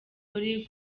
polly